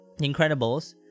Incredibles